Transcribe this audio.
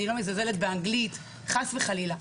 באנגלית חס וחלילה.